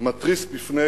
מתריס בפני